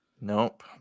Nope